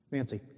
Nancy